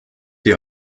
die